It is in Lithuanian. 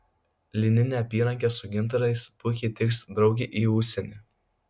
lininė apyrankė su gintarais puikiai tiks draugei į užsienį